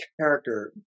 character